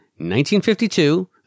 1952